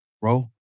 Bro